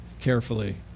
carefully